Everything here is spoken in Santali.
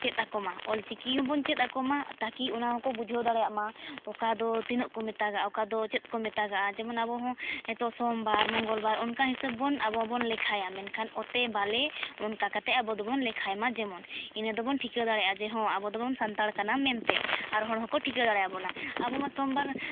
ᱪᱮᱫ ᱟᱠᱚᱢᱟ ᱚᱞ ᱪᱤᱠᱤ ᱦᱚᱵᱚᱱ ᱪᱮᱫ ᱟᱠᱚᱢᱟ ᱛᱟᱹᱠᱤ ᱚᱱᱟ ᱦᱚᱠᱚ ᱵᱩᱡᱷᱟᱹᱣ ᱫᱟᱲᱮᱭᱟᱜ ᱢᱟ ᱚᱠᱟ ᱫᱚ ᱛᱤᱱᱟᱹᱜ ᱠᱚ ᱢᱮᱛᱟᱜᱼᱟ ᱚᱠᱟ ᱫᱚ ᱪᱮᱫ ᱠᱚ ᱢᱮᱛᱟᱜᱼᱟ ᱡᱮᱢᱚᱱ ᱟᱵᱚᱦᱚᱸ ᱦᱮᱛᱚ ᱥᱚᱢᱵᱟᱨ ᱢᱚᱝᱜᱚᱞ ᱵᱟᱨ ᱚᱱᱠᱟ ᱦᱤᱥᱟᱹᱵ ᱵᱚᱱ ᱟᱵᱚᱵᱚᱱ ᱞᱮᱠᱷᱟᱭᱟ ᱢᱮᱱᱠᱷᱟᱱ ᱚᱛᱮ ᱵᱟᱞᱮ ᱚᱱᱠᱟ ᱠᱟᱛᱮᱫ ᱟᱵᱚ ᱫᱚᱵᱚᱱ ᱞᱮᱠᱷᱟᱭᱢᱟ ᱡᱮᱢᱚᱱ ᱤᱱᱟᱹ ᱫᱚᱵᱚᱱ ᱴᱷᱤᱠᱟᱹ ᱫᱟᱲᱮᱭᱟᱜᱼᱟ ᱡᱮᱢᱚᱱ ᱟᱵᱚ ᱫᱚᱵᱚᱱ ᱥᱟᱱᱛᱟᱲ ᱠᱟᱱᱟ ᱢᱮᱱᱛᱮᱫ ᱟᱨ ᱦᱚᱲ ᱦᱚᱠᱚ ᱴᱷᱤᱠᱟᱹ ᱫᱟᱲᱮᱭᱟ ᱵᱚᱱᱟ ᱟᱵᱚᱸᱦᱚᱸ ᱥᱚᱢᱵᱟᱨ